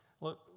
Look